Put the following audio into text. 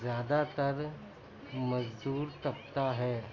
زیادہ تر مزدور طبقہ ہے